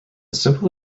simple